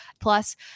Plus